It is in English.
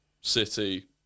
City